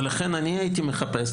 לכן אני הייתי מחפש,